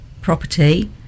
property